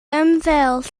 ymddeol